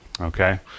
Okay